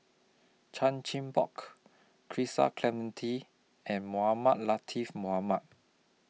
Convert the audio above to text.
Chan Chin Bock Clementi and Mohamed Latiff Mohamed